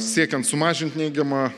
siekiant sumažint neigiamą